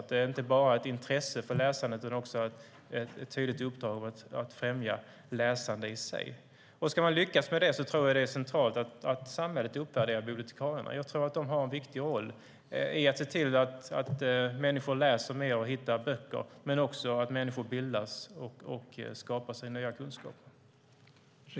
Det ska inte bara vara ett intresse för läsandet utan ett tydligt uppdrag att främja läsandet i sig. Ska man lyckas med det tror jag att samhället måste uppvärdera bibliotekarierna. Jag tror att de har en viktig roll för att få människor att läsa mer och för att få dem att bilda sig och skaffa nya kunskaper.